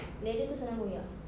leather itu senang koyak